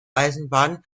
eisenbahn